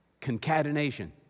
Concatenation